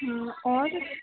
हाँ और